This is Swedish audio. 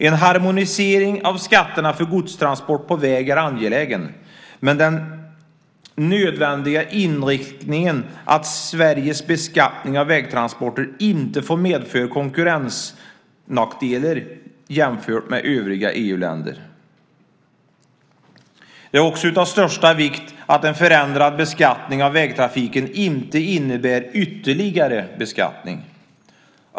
En harmonisering av skatterna för godstransporter på väg är angelägen med den nödvändiga inriktningen att Sveriges beskattning av vägtransporter inte får medföra konkurrensnackdelar jämfört med övriga EU-länder. Det är också av största vikt att en förändrad beskattning av vägtrafiken inte innebär ytterligare beskattning.